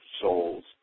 souls